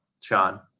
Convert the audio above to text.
Sean